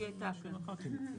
היא הייתה, כן.